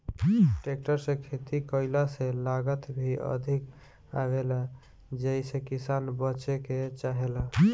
tractor से खेती कईला से लागत भी अधिक आवेला जेइसे किसान बचे के चाहेलन